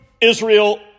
Israel